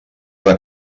una